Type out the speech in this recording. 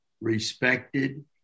respected